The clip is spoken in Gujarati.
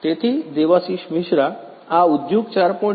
તેથી દેવાશિષ મિશ્રા આ ઉદ્યોગ 4